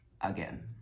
again